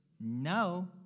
No